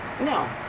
no